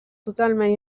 totalment